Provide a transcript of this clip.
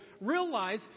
realize